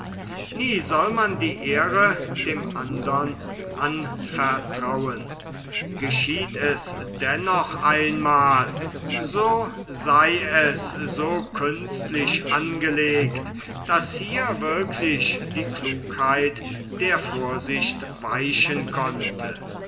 nie soll man die ehre dem andern anvertrauen geschieht es dennoch ein mal so sei es so künstlich angelegt daß hier wirklich die klugheit der vorsicht weichen konnte